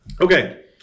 okay